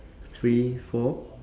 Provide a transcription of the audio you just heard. three four